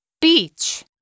Beach